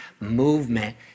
movement